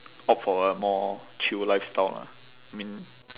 opt for a more chill lifestyle lah mean